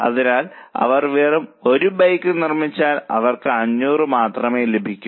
അതിനാൽ അവർ വെറും 1 ബൈക്ക് നിർമ്മിച്ചാൽ അവർക്ക് 500 മാത്രമേ ലഭിക്കൂ